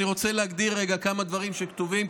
אני רוצה להגדיר רגע כמה דברים שכתובים,